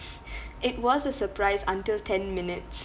it was a surprise until ten minutes